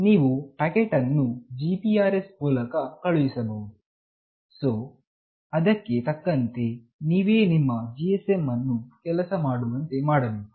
ನೀವು ಪ್ಯಾಕೆಟ್ ಅನ್ನು GPRS ಮೂಲಕ ಕಳುಹಿಸಬಹುದು ಸೋ ಅದಕ್ಕೆ ತಕ್ಕಂತೆ ನೀವೇ ನಿಮ್ಮ GSM ಅನ್ನು ಕೆಲಸ ಮಾಡುವಂತೆ ಮಾಡಬೇಕು